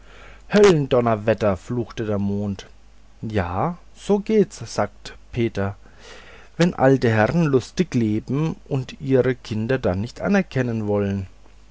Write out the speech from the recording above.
höllendonnerwetter fluchte der mond ja so geht's sagte peter wenn alte herren lustig leben und ihre kinder dann nicht anerkennen wollen